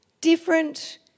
different